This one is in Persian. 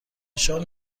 شام